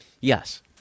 Yes